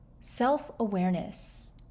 self-awareness